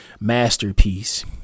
masterpiece